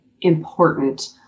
important